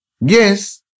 Yes